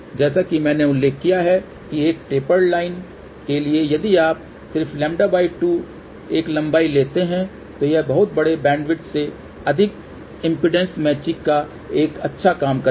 जैसा कि मैंने उल्लेख किया है एक टेपर्ड लाइन के लिए यदि आप सिर्फ λ 2 एक लंबाई लेते हैं तो यह बहुत बड़े बैंडविड्थ से अधिक इम्पीडेन्स मैचिंग का एक अच्छा काम करेगा